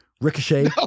Ricochet